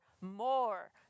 more